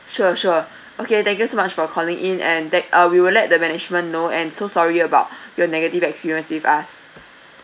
sure sure okay thank you so much for calling in and that uh we will let the management know and so sorry about your negative experience with us